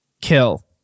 kill